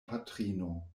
patrino